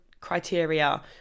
criteria